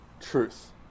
truth